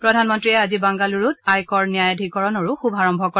প্ৰধানমন্ত্ৰীয়ে আজি বাংগালুৰুত আয়কৰ ন্যায়াধীকৰণৰ শুভাৰম্ভ কৰে